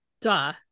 Duh